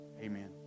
Amen